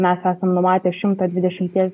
mes esam numatę šimtą dvidešimties